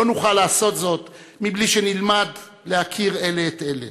לא נוכל לעשות זאת בלי שנלמד להכיר אלה את אלה,